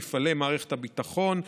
מפעלי מערכת הביטחון,